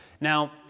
Now